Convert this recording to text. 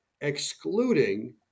excluding